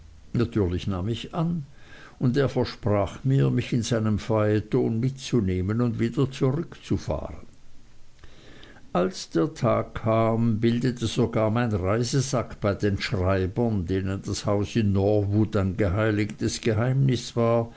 natürlich nahm ich an und er versprach mir mich in seinem phaeton mitzunehmen und wieder zurückzufahren als der tag kam bildete sogar mein reisesack bei den schreibern denen das haus in norwood ein geheiligtes geheimnis war